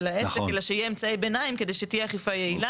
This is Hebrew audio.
העסק אלא שיהיה אמצעי ביניים כדי שתהיה אכיפה יעילה.